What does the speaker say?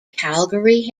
calgary